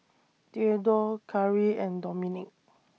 Theadore Khari and Dominik